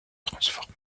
transformé